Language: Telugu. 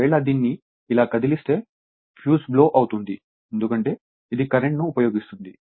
ఒకవేళ దీన్ని ఇలా కదిలిస్తే ఫ్యూజ్ బ్లో అవుతుంది ఎందుకంటే ఇది కరెంట్ను ఉపయోగిస్తుంది